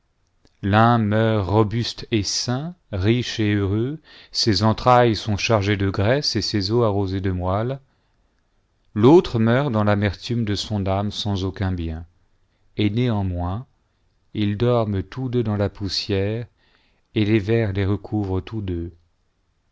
meurt robuste et sain riche et heureux ses entrailles sont chargées de graisse et ses os arrosés de moelle l'autre meurt dans l'amertume de son âme sans aucun bien et néanmoins ils dorment tous deux dans la poussière et les vers les recouvrent tous deux